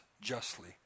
justly